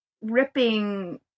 ripping